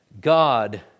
God